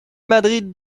madrid